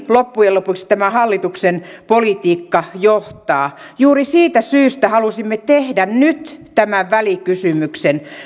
loppujen lopuksi tämä hallituksen politiikka johtaa juuri siitä syystä halusimme tehdä nyt tämän välikysymyksen